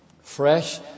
Fresh